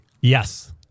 Yes